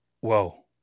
Whoa